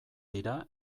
dira